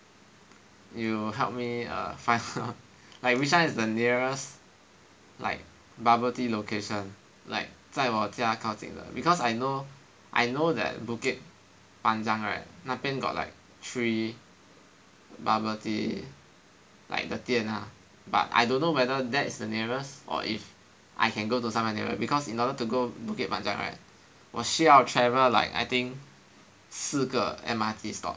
you help me err find out like which one is the nearest like bubble tea location like 在我家靠近的 because I know I know that Bukit Panjang right 那边 got like three bubble tea like the 店 ah but I don't know whether that is the nearest or if I can go to somewhere nearer because in order to go Bukit Panjang right 我需要 travel like I think 四个 M_R_T stop